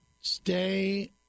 Stay